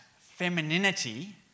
femininity